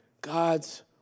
God's